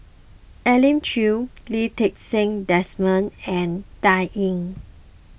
Elim Chew Lee Ti Seng Desmond and Dan Ying